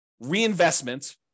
reinvestment